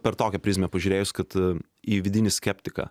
per tokią prizmę pažiūrėjus kad į vidinį skeptiką